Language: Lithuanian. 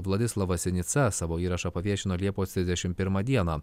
vladislava sinica savo įrašą paviešino liepos trisdešimt pirmą dieną